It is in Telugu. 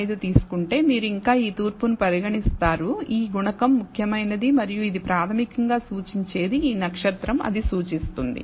05 తీసుకుంటే మీరు ఇంకా ఈ తూర్పును పరిగణిస్తారు ఈ గుణకం ముఖ్యమైనది మరియు ఇది ప్రాథమికంగా సూచించేది ఈ నక్షత్రం అది సూచిస్తుంది